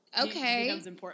Okay